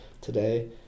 today